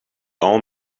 all